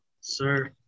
sir